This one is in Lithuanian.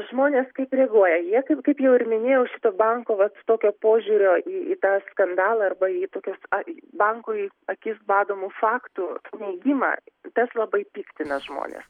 žmonės kaip reaguoja jie kaip kaip jau ir minėjau šito banko vat tokio požiūrio į tą skandalą arba į tokius a bankui akis badomų faktų neigimą tas labai piktina žmones